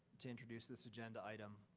to introduce this agenda item.